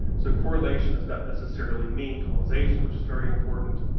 so correlation does not necessarily mean causation which is very important.